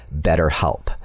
BetterHelp